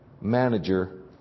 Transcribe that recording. manager